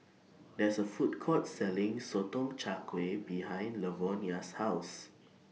There IS A Food Court Selling Sotong Char Kway behind Lavonia's House